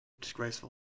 disgraceful